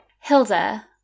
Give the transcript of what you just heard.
Hilda